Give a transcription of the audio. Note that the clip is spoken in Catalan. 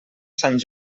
sant